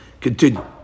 Continue